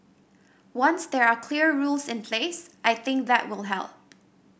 once there are clear rules in place I think that will help